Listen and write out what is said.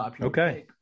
okay